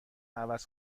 عوض